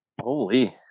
Holy